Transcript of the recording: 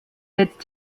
setzt